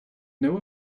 know